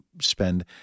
spend